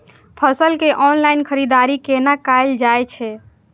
फसल के ऑनलाइन खरीददारी केना कायल जाय छै?